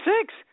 six